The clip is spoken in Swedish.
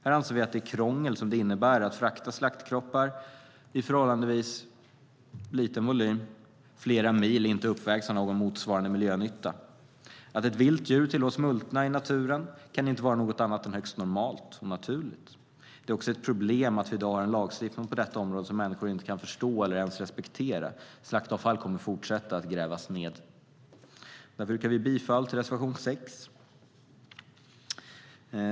Vi anser att det krångel det innebär att frakta slaktkroppar i förhållandevis liten volym flera mil inte uppvägs av någon motsvarande miljönytta. Att ett vilt djur tillåts multna i naturen kan inte vara något annat än högst normalt och naturligt. Det är också ett problem att vi i dag har en lagstiftning på detta område som människor inte kan förstå eller ens respektera. Slaktavfall kommer att fortsätta att grävas ned. Därför yrkar jag bifall till reservation 6.